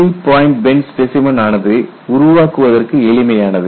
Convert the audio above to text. three point bend specimen ஆனது உருவாக்குவதற்கு எளிமையானது